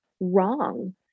wrong